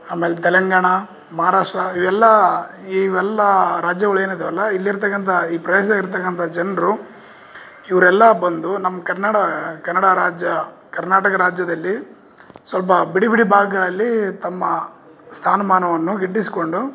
ಆಮೇಲೆ ತೆಲಂಗಾಣ ಮಹಾರಾಷ್ಟ್ರ ಇವೆಲ್ಲಾ ಇವೆಲ್ಲ ರಾಜ್ಯಗಳು ಏನಿದಾವಲ್ಲ ಇಲ್ಲಿರ್ತಕ್ಕಂಥ ಈ ಪ್ರದೇಶ್ದಲ್ಲಿ ಇರ್ತಕಂಥ ಜನರು ಇವರೆಲ್ಲ ಬಂದು ನಮ್ಮ ಕನ್ನಡ ಕನ್ನಡ ರಾಜ್ಯ ಕರ್ನಾಟಕ ರಾಜ್ಯದಲ್ಲಿ ಸ್ವಲ್ಪ ಬಿಡಿ ಬಿಡಿ ಭಾಗ್ಗಳಲ್ಲಿ ತಮ್ಮ ಸ್ಥಾನಮಾನವನ್ನು ಗಿಟ್ಟಿಸ್ಕೊಂಡು